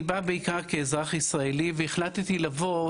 אני בא בעיקר כאזרח ישראלי והחלטתי לבוא.